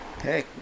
Hey